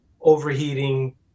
overheating